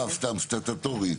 סתם, סטטוטורית,